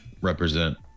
represent